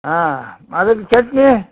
ಹಾಂ ಅದಕ್ಕೆ ಚಟ್ನಿ